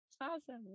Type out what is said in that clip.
Awesome